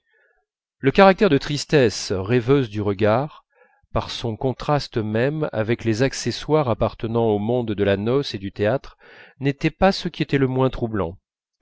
le caractère de tristesse rêveuse du regard par son contraste même avec les accessoires appartenant au monde de la noce et du théâtre n'était pas ce qui était le moins troublant